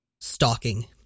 Stalking